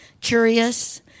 curious